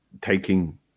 taking